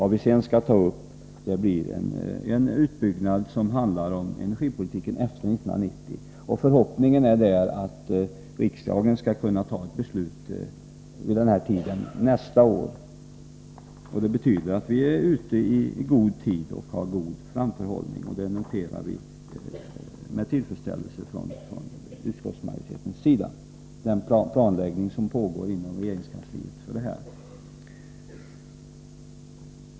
Det vi skall ta upp är en utbyggnad av energipolitiken efter 1990 — och förhoppningen är att riksdagen skall kunna fatta beslut vid denna tid nästa år. Det betyder att vi är ute i god tid och har god framförhållning. Vi i utskottsmajoriteten noterar med tillfredsställelse den planläggning som pågår inom regeringskansliet.